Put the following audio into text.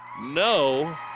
No